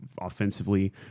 offensively